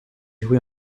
joué